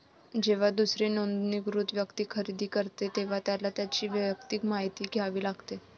जेव्हा दुसरी नोंदणीकृत व्यक्ती खरेदी करते, तेव्हा त्याला त्याची वैयक्तिक माहिती द्यावी लागते